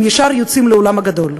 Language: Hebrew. הם יוצאים לעולם הגדול.